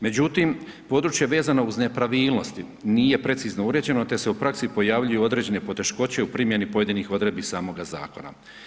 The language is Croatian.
Međutim, područje vezano uz nepravilnosti, nije precizno uređeno te se u praski pojavljuju određene poteškoće u primjeni pojedinih odredbi samoga zakona.